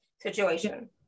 situation